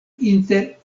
inter